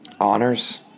honors